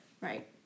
Right